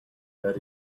that